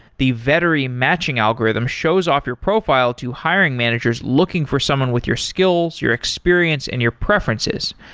the vettery matching algorithm shows off your profile to hiring managers looking for someone with your skills your experience and your preferences.